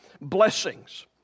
blessings